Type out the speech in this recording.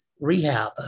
rehab